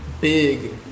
big